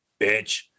bitch